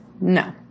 No